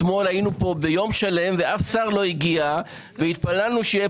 אתמול היינו פה יום שלם ואף שר לא הגיע והתפללנו שיהיה